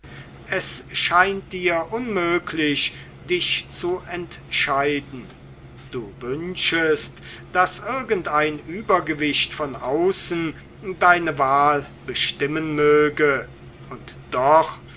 es scheint dir unmöglich dich zu entscheiden du wünschest daß irgendein übergewicht von außen deine wahl bestimmen möge und doch